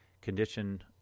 condition